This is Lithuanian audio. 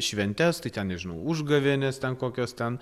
šventes tai ten nežinau užgavėnes ten kokios ten